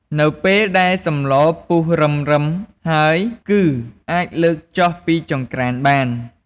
នៅពេលដែលសម្លពុះរឹមៗហើយ គឺអាចលើកចុះពីចង្ក្រានបាន។